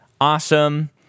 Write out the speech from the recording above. Awesome